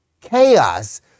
chaos